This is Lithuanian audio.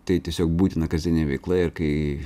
tai tiesiog būtina kasdieninė veikla ir kai